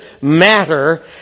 matter